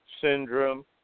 syndrome